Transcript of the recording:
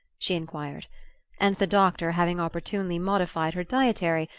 she enquired and, the doctor having opportunely modified her dietary,